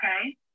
okay